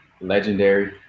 legendary